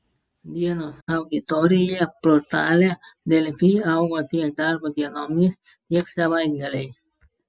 dienos auditorija portale delfi augo tiek darbo dienomis tiek savaitgaliais